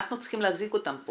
אנחנו צריכים להחזיק אותם פה